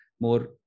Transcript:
more